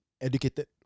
educated